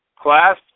Class